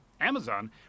Amazon